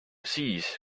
siis